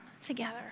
together